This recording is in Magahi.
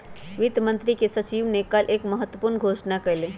वित्त मंत्री के सचिव ने कल एक महत्वपूर्ण घोषणा कइलय